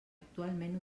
actualment